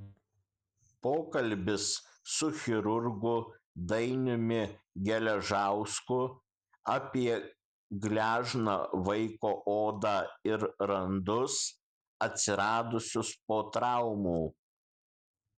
pokalbis su chirurgu dainiumi geležausku apie gležną vaiko odą ir randus atsiradusius po traumų